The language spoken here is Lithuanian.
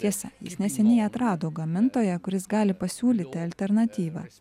tiesa jis neseniai atrado gamintoją kuris gali pasiūlyti alternatyvą